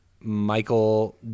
Michael